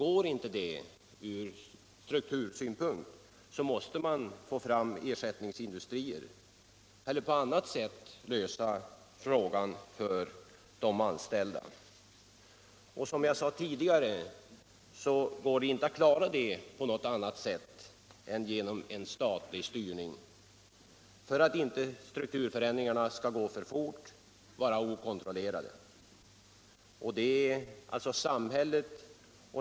Går inte det från struktursynpunkt, så måste man få fram ersättningsindustri eller på annat sätt lösa sysselsättningsfrågan för de anställda. Som jag sade tidigare går det inte att klara det här på något annat sätt än genom en statlig styrning, om inte strukturförändringarna skall gå för fort och ske okontrollerat.